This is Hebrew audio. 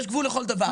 יש גבול לכל דבר.